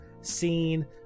scene